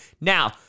Now